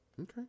Okay